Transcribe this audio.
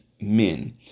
men